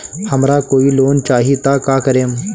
हमरा कोई लोन चाही त का करेम?